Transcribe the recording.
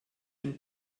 dem